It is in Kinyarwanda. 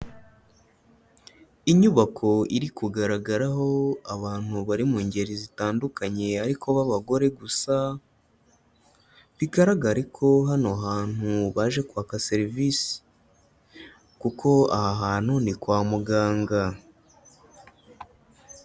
Inyubako iri kugaragaraho abantu bari mu ngeri zitandukanye ariko bab'abagore gusa, bigaragare ko hano hantu baje kwaka serivisi. Kuko aha hantu ni kwa muganga.